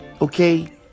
okay